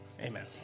amen